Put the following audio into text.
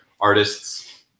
artists